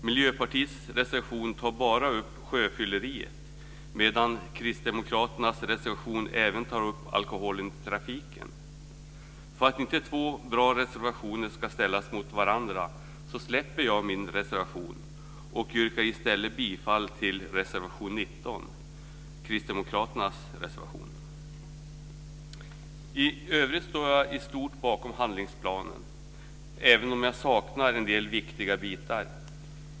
Miljöpartiets reservation tar bara upp sjöfylleriet, medan Kristdemokraternas reservation även tar upp alkoholen i trafiken. För att inte två bra reservationer ska ställas mot varandra släpper jag min reservation, och i stället yrkar jag bifall till reservation 19, Kristdemokraternas reservation. I övrigt står jag i stort bakom handlingsplanen, även om jag saknar en del viktiga bitar.